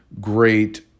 great